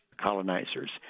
colonizers